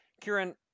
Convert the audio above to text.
Kieran